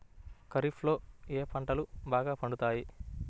ఖరీఫ్లో ఏ పంటలు బాగా పండుతాయి?